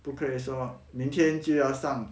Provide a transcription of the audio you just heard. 不可以说明天就要上